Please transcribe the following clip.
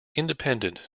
independent